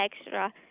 extra